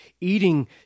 eating